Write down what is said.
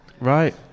Right